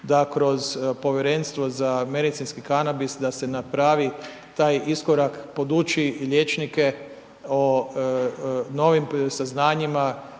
da kroz Povjerenstvo za medicinski kanabis, da se napravi taj iskorak, poduči liječnike o novim saznanjima,